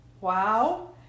wow